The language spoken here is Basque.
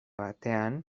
batean